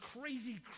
crazy